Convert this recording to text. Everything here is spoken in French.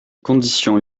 conditions